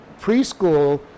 preschool